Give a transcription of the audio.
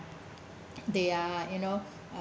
they are you know uh